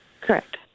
Correct